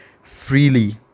freely